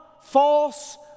false